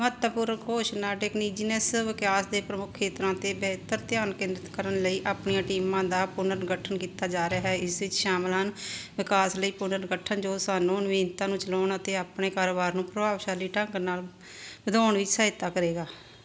ਮਹੱਤਵਪੂਰਨ ਘੋਸ਼ਣਾ ਟੇਕਨੀਜੀਨਸ ਵਿਕਾਸ ਦੇ ਪ੍ਰਮੁੱਖ ਖੇਤਰਾਂ 'ਤੇ ਬਿਹਤਰ ਧਿਆਨ ਕੇਂਦਰਿਤ ਕਰਨ ਲਈ ਆਪਣੀਆਂ ਟੀਮਾਂ ਦਾ ਪੁਨਰਗਠਨ ਕੀਤਾ ਜਾ ਰਿਹਾ ਹੈ ਇਸ ਵਿੱਚ ਸ਼ਾਮਲ ਹਨ ਵਿਕਾਸ ਲਈ ਪੁਨਰਗਠਨ ਜੋ ਸਾਨੂੰ ਨਵੀਨਤਾ ਨੂੰ ਚਲਾਉਣ ਅਤੇ ਆਪਣੇ ਕਾਰੋਬਾਰ ਨੂੰ ਪ੍ਰਭਾਵਸ਼ਾਲੀ ਢੰਗ ਨਾਲ ਵਧਾਉਣ ਵਿੱਚ ਸਹਾਇਤਾ ਕਰੇਗਾ